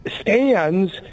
Stands